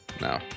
No